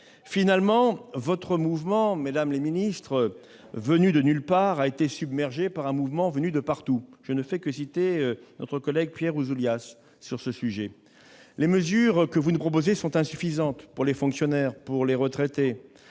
ministres, votre mouvement venu de nulle part a été submergé par un mouvement venu de partout ; je ne fais que citer notre collègue Pierre Ouzoulias. Les mesures que vous nous proposez sont insuffisantes pour les fonctionnaires, pour les retraités